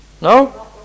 No